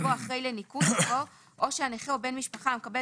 ובו אחרי "לניכוי" יבוא "או שהנכה או בן משפחה המקבל